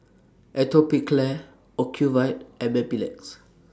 Atopiclair Ocuvite and Mepilex